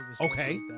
Okay